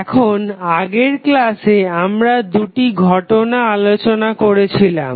এখন আগের ক্লাসে আমরা দুটি ঘটনা আলোচনা করেছিলাম